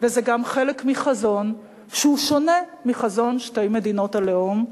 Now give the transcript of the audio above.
וזה גם חלק מחזון שהוא שונה מחזון שתי מדינות הלאום.